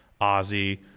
Ozzy